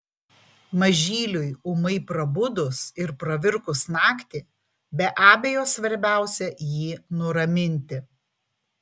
mažyliui ūmai prabudus ir pravirkus naktį be abejo svarbiausia jį nuraminti